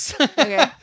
Okay